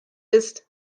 ist